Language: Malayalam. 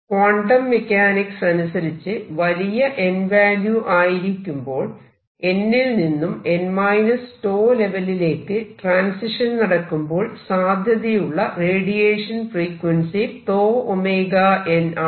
ക്വാണ്ടം മെക്കാനിക്സ് അനുസരിച്ച് വലിയ n വാല്യൂ ആയിരിക്കുമ്പോൾ n ൽ നിന്നും n 𝞃 ലെവലിലേക്ക് ട്രാൻസിഷൻ നടക്കുമ്പോൾ സാധ്യതയുള്ള റേഡിയേഷൻ ഫ്രീക്വൻസി 𝞃𝜔n ആണ്